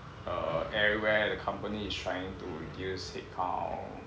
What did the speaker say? err everywhere the company is trying to reduce headcount